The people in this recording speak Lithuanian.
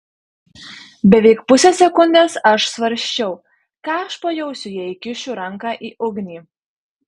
beveik pusę sekundės aš svarsčiau ką aš pajausiu jei įkišiu ranką į ugnį